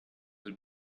will